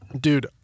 dude